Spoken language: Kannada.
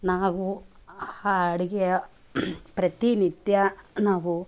ನಾವು ಹಾ ಅಡಿಗೆಯ ಪ್ರತಿನಿತ್ಯ ನಾವು